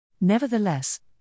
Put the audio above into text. Nevertheless